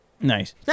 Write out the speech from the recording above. Nice